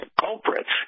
culprits